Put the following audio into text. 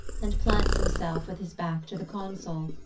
and plants himself with his back to the console,